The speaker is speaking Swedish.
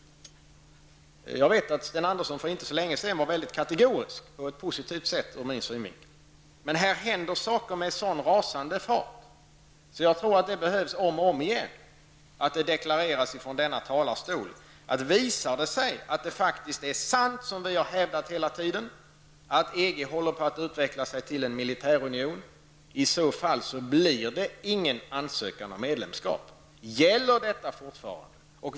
Jag vet att Sten Andersson för inte så länge sedan var väldigt kategorisk på ett, ur min synvinkel, positivt sätt. Men här händer saker med sådan rasande fart att jag tror att det om och om igen behöver deklareras från denna talarstol att om det visar sig att det faktiskt är sant, som vi har hävdat hela tiden, att EG håller på att utveckla sig till en militärunion, blir det ingen ansökan om medlemskap. Gäller detta fortfarande?